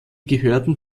gehörten